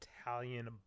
Italian